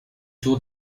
tour